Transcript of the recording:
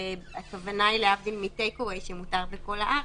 הכוונה היא להבדיל מ-טק אווי שמותר בכל הארץ.